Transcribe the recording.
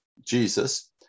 Jesus